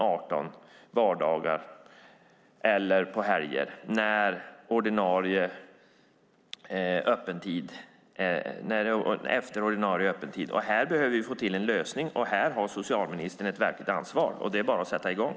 18 på vardagar och på helger efter ordinarie öppettid. Här behöver vi få en lösning, och här har socialministern ett verkligt ansvar. Det är bara att sätta i gång.